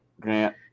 grant